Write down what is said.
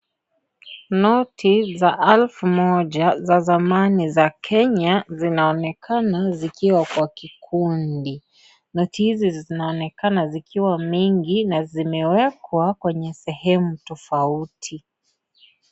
Noti za elfu moja za zamani za Kenya zinaonekana zikiwa kwa kikundi. Noti hizi zinaonekana zikiwa mingi na zimewekwa kwenye sehemu tofauti.